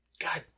God